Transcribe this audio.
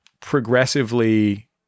progressively